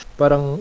parang